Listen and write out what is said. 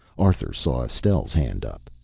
arthur saw estelle's hand up.